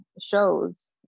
shows